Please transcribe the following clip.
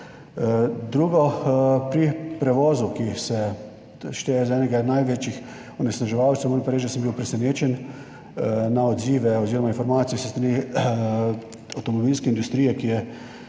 Drugo, pri prevozu, ki se šteje za enega največjih onesnaževalcev, pa moram reči, da sem bil presenečen na odzive oziroma informacije s strani avtomobilske industrije, ki je